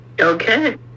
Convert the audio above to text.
Okay